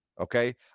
okay